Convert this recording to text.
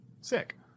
Sick